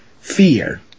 Fear